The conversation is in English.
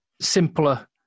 simpler